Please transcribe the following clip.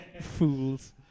fools